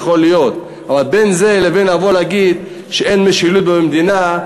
אבל בין זה לבין לבוא ולהגיד שאין משילות במדינה,